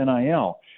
NIL